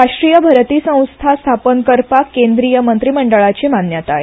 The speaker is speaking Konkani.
राष्ट्रीय भरती संस्था स्थापन करपाक केंद्रीय मंत्री मंडळाची मान्यताय